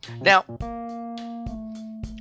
Now